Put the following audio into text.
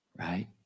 right